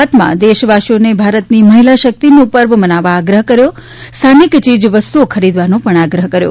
બાતમાં દેશવાસીઓને ભારતની મહિલા શક્તિનું પર્વ મનાવવા આગ્રહ કર્યો સ્થાનિક ચીજ વસ્તુઓ ખરીદવાનો પણ આગ્રહ કર્યો